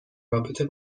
رابطه